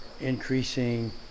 increasing